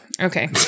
okay